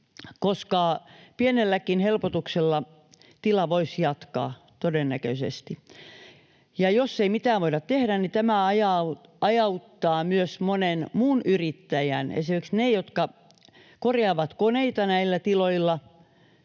koska pienelläkin helpotuksella tila voisi todennäköisesti jatkaa. Jos ei mitään voida tehdä, niin tämä ajaa myös monen muun yrittäjän — esimerkiksi ne, jotka korjaavat koneita näillä tiloilla